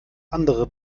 andere